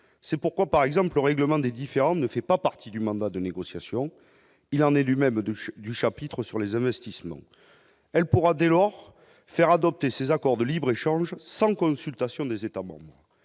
c'est pourquoi, par exemple, règlement des différends ne fait pas partie du mandat de négociation, il en est lui-même de du chapitre sur les investissements, elle pourra dès lors faire adopter ces accords de libre- échange sans consultation des États-membres